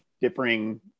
differing